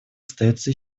остается